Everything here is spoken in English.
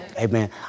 Amen